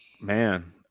man